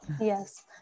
Yes